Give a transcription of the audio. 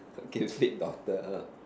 okay fate doctor